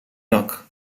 rok